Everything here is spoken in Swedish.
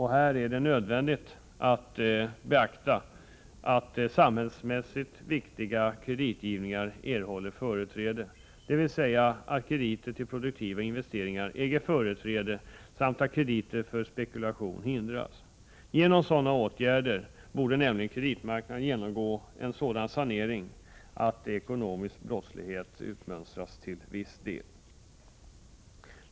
Här är det nödvändigt att beakta att samhällsmässigt viktiga kreditgivningar erhåller företräde, dvs. att krediter till produktiva investeringar äger företräde samt att krediter för spekulation hindras. Genom sådana åtgärder borde nämligen kreditmarknaden genomgå en sådan sanering att ekonomisk brottslighet till viss del utmönstras.